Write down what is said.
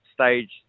stage